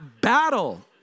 battle